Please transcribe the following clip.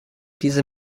diese